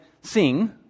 sing